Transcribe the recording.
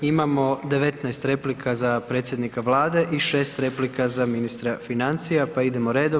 Imamo 19 replika za predsjednika Vlade i 6 replika za ministra financija, pa idemo redom.